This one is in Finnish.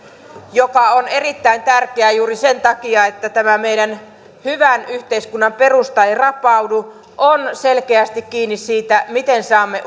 joka on erittäin tärkeää juuri sen takia että tämän meidän hyvän yhteiskunnan perusta ei rapaudu on selkeästi kiinni siitä miten saamme